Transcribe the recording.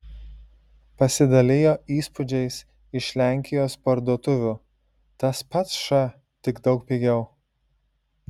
pasidalijo įspūdžiais iš lenkijos parduotuvių tas pats š tik daug pigiau